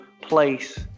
place